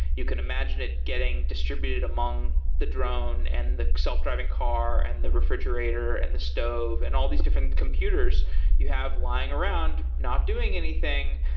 you can imagine it getting distributed among the drone, and the self-driving car, and the refrigerator, and the stove, and all these different computers you have lying around not doing anything.